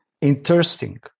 interesting